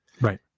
Right